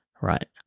right